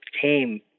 came